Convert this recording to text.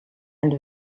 and